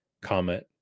comment